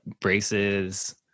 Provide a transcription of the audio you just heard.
braces